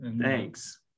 Thanks